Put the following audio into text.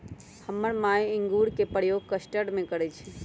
हमर माय इंगूर के प्रयोग कस्टर्ड में करइ छै